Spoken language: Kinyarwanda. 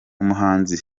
umuhanzi